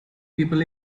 people